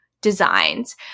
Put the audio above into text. designs